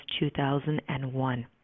2001